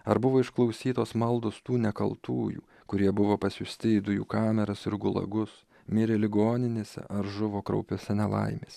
ar buvo išklausytos maldos tų nekaltųjų kurie buvo pasiųsti į dujų kameras ir gulagus mirė ligoninėse ar žuvo kraupiose nelaimės